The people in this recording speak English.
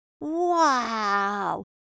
Wow